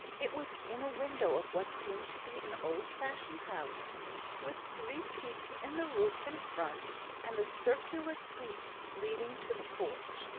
it was in a window of what seemed to be an old-fashioned house with three peaks in the roof in front and a circular sweep leading to the porch.